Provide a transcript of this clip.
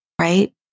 right